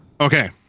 Okay